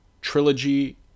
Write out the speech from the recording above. trilogy